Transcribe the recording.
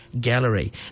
gallery